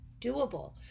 doable